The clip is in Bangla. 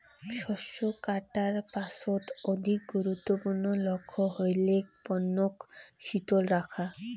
শস্য কাটার পাছত অধিক গুরুত্বপূর্ণ লক্ষ্য হইলেক পণ্যক শীতল রাখা